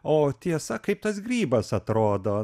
o tiesa kaip tas grybas atrodo